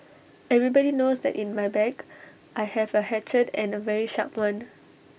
everybody knows that in my bag I have A hatchet and A very sharp one